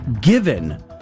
given